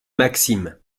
maxim